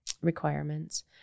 requirements